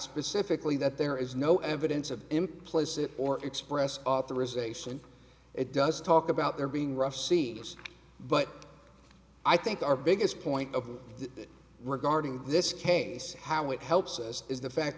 specifically that there is no evidence of implicit or expressed authorization it does talk about there being rough seas but i think our biggest point of view regarding this case how it helps us is the fact